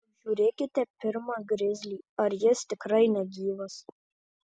apžiūrėkite pirma grizlį ar jis tikrai negyvas